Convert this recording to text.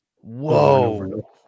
Whoa